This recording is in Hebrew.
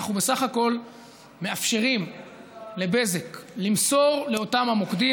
אנחנו בסך הכול מאפשרים לבזק למסור לאותם המוקדים,